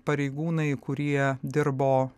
pareigūnai kurie dirbo